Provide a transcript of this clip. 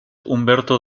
humberto